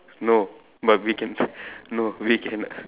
no but we can no we can